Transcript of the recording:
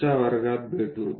पुढच्या वर्गात भेटू